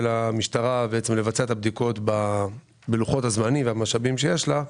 המשטרה בעצם לבצע את הבדיקות בלוחות הזמנים והמשאבים שיש לה.